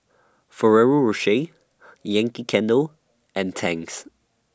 Ferrero Rocher Yankee Candle and Tangs